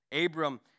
Abram